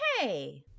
hey